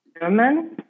German